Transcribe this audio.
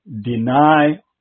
deny